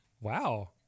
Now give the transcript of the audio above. Wow